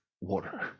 water